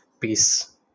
peace